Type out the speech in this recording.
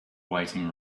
waiting